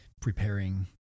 preparing